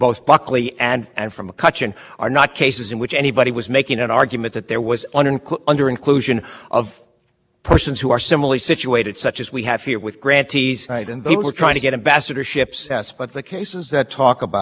ambassadorships yes but the cases that talk about what you're essentially raising as an equal protection argument are all as far as i can tell ones in which there is a concern about what the court repeatedly says is quote invidious discrimination that is